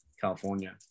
california